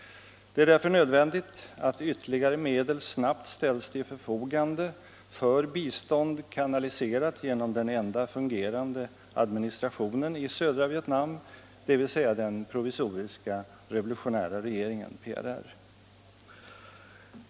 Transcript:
Det är därför nödvändigt att ytterligare medel snabbt ställs till förfogande för bistånd, kanaliserat genom den enda fungerande administrationen i södra Vietnam, dvs. den provisoriska revolutionära regeringen, PRR.